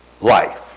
life